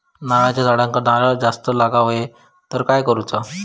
नारळाच्या झाडांना नारळ जास्त लागा व्हाये तर काय करूचा?